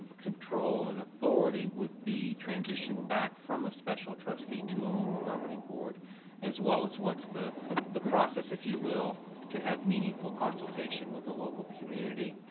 control and authority would be transitioned back from a special trustee to a local governing board as well as what's the the process if you will to have meaningful consultation with the local community.